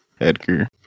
Edgar